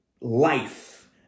life